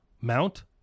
Mount